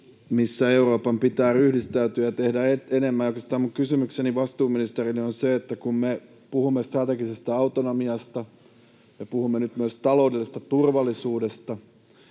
missä Euroopan pitää ryhdistäytyä ja tehdä enemmän, ja oikeastaan minun kysymykseni vastuuministerille liittyy siihen, että kun me puhumme strategisesta autonomiasta, me puhumme nyt myös taloudellisesta turvallisuudesta,